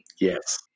Yes